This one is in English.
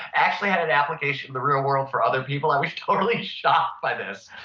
actually had an application in the real world for other people. i was totally shocked by this.